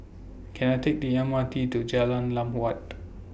Can I Take The M R T to Jalan Lam Huat